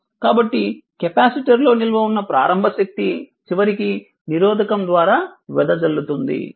కాబట్టి కెపాసిటర్ లో నిల్వ ఉన్న ప్రారంభ శక్తి చివరికి నిరోధకం ద్వారా వెదజల్లుతుంది